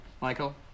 Michael